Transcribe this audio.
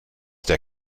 der